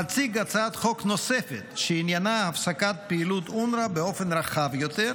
אציג הצעת חוק נוספת שעניינה הפסקת פעילות אונר"א באופן רחב יותר.